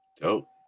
Dope